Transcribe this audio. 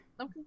Okay